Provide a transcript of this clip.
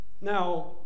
Now